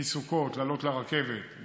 מסוכות לעלות לרכבת,